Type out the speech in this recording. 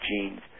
genes